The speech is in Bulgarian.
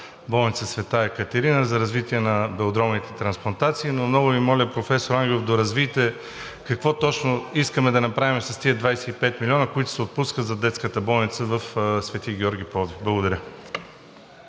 болница „Света Екатерина“ за развитие на белодробните трансплантации. Но много Ви моля, професор Ангелов, доразвийте какво точно искаме да направим с тези 25 милиона, които се отпускат за детската болница в „Свети Георги“ – Пловдив. Благодаря.